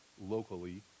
locally